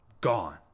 gone